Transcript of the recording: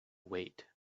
wait